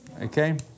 okay